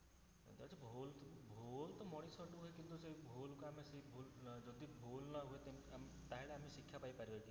ଏଇଟା ହଉଛି ଭୁଲ ତ ଭୁଲ ତ ମଣିଷଠାରୁ ହୁଏ କିନ୍ତୁ ସେଇ ଭୁଲକୁ ଆମେ ସେଇ ଭୁଲ ଯଦି ଭୁଲ ନ ହୁଏ ଆମ ତାହାଲେ ଆମେ ଶିକ୍ଷା ପାଇପାରବା କି